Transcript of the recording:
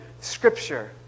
Scripture